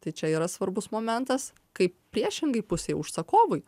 tai čia yra svarbus momentas kaip priešingai pusei užsakovui